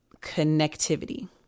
connectivity